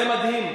זה מדהים,